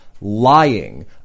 lying